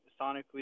sonically